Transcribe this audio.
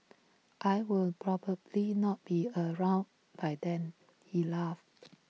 I will probably not be around by then he laughed